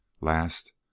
Last